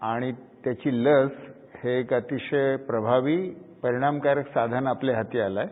आणि त्याची लस हे अतिशय प्रभावी परिणामकारक साधन आपल्या हाती आलं आहे